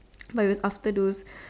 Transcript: but it was after those